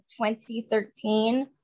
2013